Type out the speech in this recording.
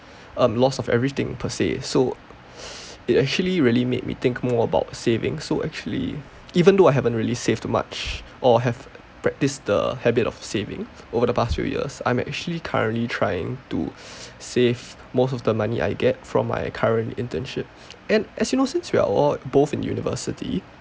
um loss of everything per se so it actually really made me think more about saving so actually even though I haven't really saved much or have practice the habit of saving over the past few years I'm actually currently trying to save most of the money I get from my current internship and as you know since we are all both in university